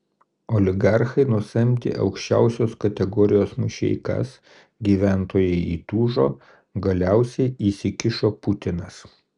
oligarchai nusamdė aukščiausios kategorijos mušeikas gyventojai įtūžo galiausiai įsikišo putinas